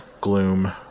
gloom